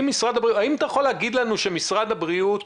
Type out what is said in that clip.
אתה יכול להגיד לנו שמשרד הבריאות